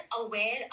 aware